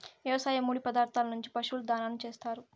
వ్యవసాయ ముడి పదార్థాల నుంచి పశువుల దాణాను చేత్తారు